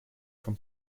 from